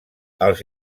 els